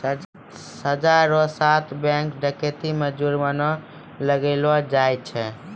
सजा रो साथ बैंक डकैती मे जुर्माना भी लगैलो जाय छै